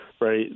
right